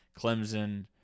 Clemson